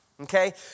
okay